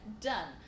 Done